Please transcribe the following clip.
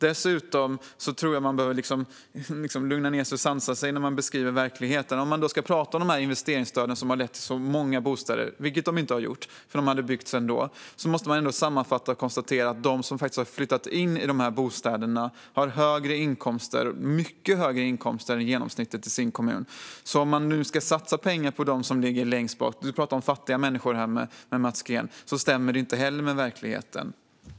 Dessutom tror jag att man behöver lugna ned sig och sansa sig när man beskriver verkligheten. Om man ska tala om investeringsstöden som har lett till så många bostäder - vilket de inte har gjort, eftersom de ändå hade byggts - måste man sammanfattningsvis konstatera att de som har flyttat in i bostäderna har mycket högre inkomster än genomsnittet i kommunen. Om man ska satsa på fattiga människor - som du talade med Mats Green om - stämmer det inte heller med verkligheten.